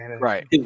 Right